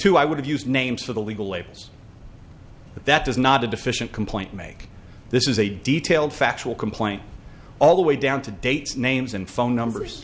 two i would have used names for the legal labels but that does not a deficient complaint make this is a detailed factual complaint all the way down to dates names and phone numbers